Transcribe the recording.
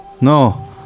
No